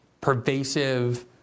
pervasive